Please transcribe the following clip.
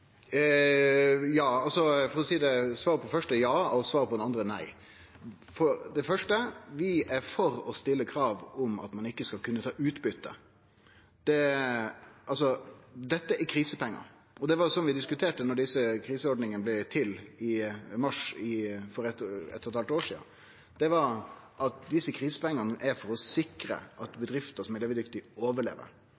det første er ja, og svaret på det andre er nei. For det første: Vi er for å stille krav om at ein ikkje skal kunne ta utbyte. Dette er krisepengar, og det var sånn vi diskuterte det då desse kriseordningane blei til i mars for eitt og eit halvt år sidan. Desse krisepengane er der for å sikre at